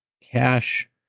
Cash